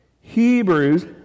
Hebrews